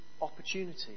opportunity